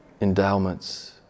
endowments